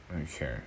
Okay